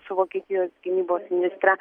su vokietijos gynybos ministre